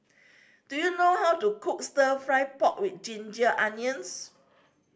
do you know how to cook Stir Fried Pork With Ginger Onions